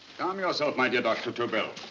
calm yourself, my dear dr. tobel.